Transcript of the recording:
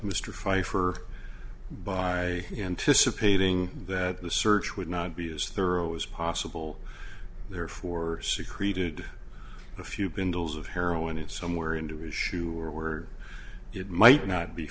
mr pfeifer by anticipating that the search would not be as thorough as possible therefore secreted a few bindles of heroin it somewhere into his shoe or it might not be